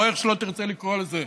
או איך שלא תרצה לקרוא לזה,